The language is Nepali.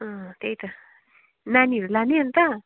अँ त्यही त नानीहरू लाने अनि त